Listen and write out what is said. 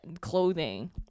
clothing